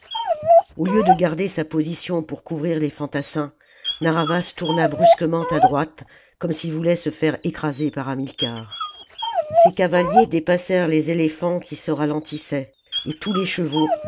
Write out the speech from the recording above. au lieu de garder sa position pour couvrir les fantassins narr'havas tourna brusquement à droite comme s'il voulait se faire écraser par hamilcar ses cavaliers dépassèrent les éléphants qui se ralentissaient et tous les chevaux